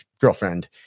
girlfriend